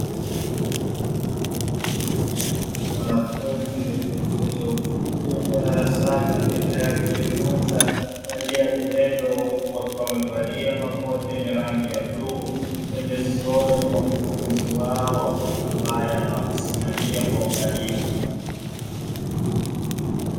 Wanafunzi katika chuo cha ufundi wako darasani wakiendelea kujifunza kwa njia ya vitendo huku wakiwa wamevalia makoti yenye rangi ya bluu. Pembezoni mwa mkufunzi wao ambaye anawasimamia kwa ukaribu.